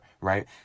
right